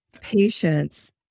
patients